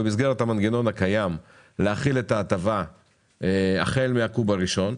במסגרת המנגנון הקיים להחיל את ההטבה החל מהקוב הראשון,